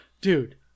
dude